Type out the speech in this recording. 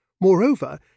Moreover